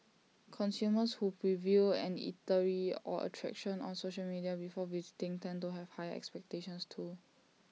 consumers who preview an eatery or attraction on social media before visiting tend to have higher expectations too